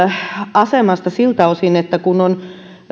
asemasta siltä osin kun